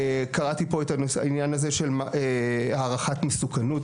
קראתי פה את העניין הזה של הערכת מסוכנות,